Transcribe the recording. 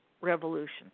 Revolution